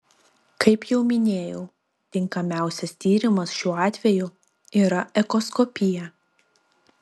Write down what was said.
kaip jau minėjau tinkamiausias tyrimas šiuo atveju yra echoskopija